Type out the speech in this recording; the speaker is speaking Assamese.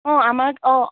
অঁ আমাৰ অঁ